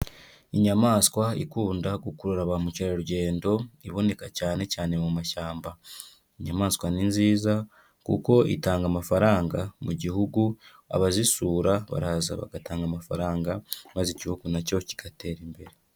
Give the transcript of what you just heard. Inyamaswa ikunda gukurura ba mukerarugendo, iboneka cyane cyane mu mashyamba, inyamaswa ni nziza kuko itanga amafaranga mu gihugu, abazisura baraza bagatanga amafaranga, maze igihugu nacyo kigatera imbere.